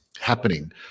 happening